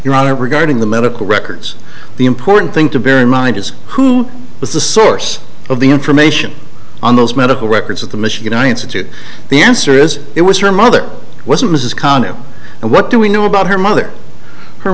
your honor regarding the medical records the important thing to bear in mind is who was the source of the information on those medical records at the michigan institute the answer is it was her mother wasn't mrs condit and what do we know about her mother her